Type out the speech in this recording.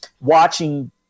watching